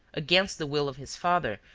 against the will of his father,